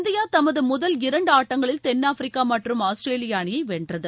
India தமது முதல் இரண்டு ஆட்டங்களில் தென்னாப்பிரிக்கா மற்றும் ஆஸ்திரேலியா அணியை வென்றது